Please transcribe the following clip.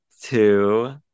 two